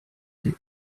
the